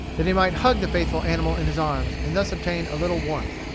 that he might hug the faithful animal in his arms, and thus obtain a little warmth.